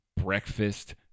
breakfast